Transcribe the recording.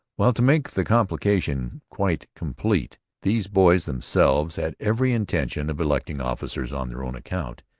while, to make the complication quite complete, these boys themselves had every intention of electing officers on their own account.